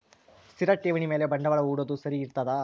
ಸ್ಥಿರ ಠೇವಣಿ ಮ್ಯಾಲೆ ಬಂಡವಾಳಾ ಹೂಡೋದು ಸರಿ ಇರ್ತದಾ?